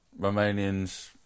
Romanians